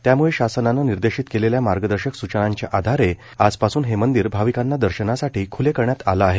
त्यामूळं शासनानं निर्देशित केलेल्या मार्गदर्शक सूचनांचे आधारे आजपासून हे मंदिर भविकांना दर्शनासाठी ख्ले करण्यात आलं आहे